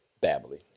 babbling